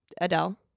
Adele